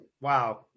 wow